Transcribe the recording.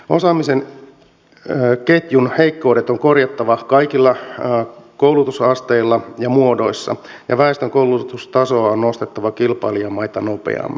osaamisen ketjun heikkoudet on korjattava kaikilla koulutusasteilla ja kaikissa koulutusmuodoissa ja väestön koulutustasoa on nostettava kilpailijamaita nopeammin